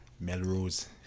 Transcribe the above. Melrose